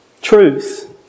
truth